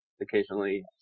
occasionally